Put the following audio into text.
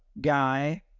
guy